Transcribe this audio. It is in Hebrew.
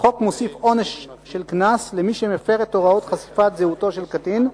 החוק מוסיף עונש של קנס למי שמפר את הוראות חשיפת זהותו של קטין,